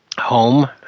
Home